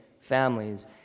families